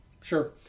Sure